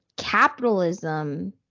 capitalism